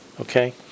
Okay